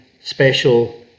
special